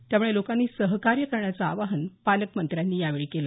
त्यामुळे लोकांनी सहकार्य करण्याचं आवाहन पालकमंत्र्यांनी यावेळी केलं